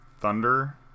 thunder